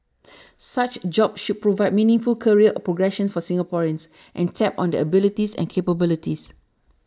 such jobs should provide meaningful career progression for Singaporeans and tap on their abilities and capabilities